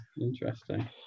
Interesting